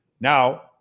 Now